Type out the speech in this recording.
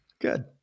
good